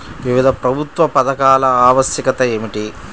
వివిధ ప్రభుత్వా పథకాల ఆవశ్యకత ఏమిటి?